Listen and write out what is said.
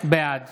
בעד